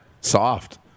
Soft